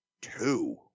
two